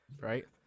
right